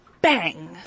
bang